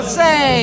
say